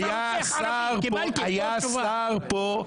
שר פה,